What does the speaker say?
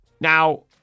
Now